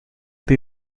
the